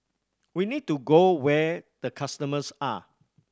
we need to go where the customers are